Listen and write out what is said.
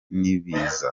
n’ibiza